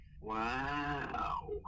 Wow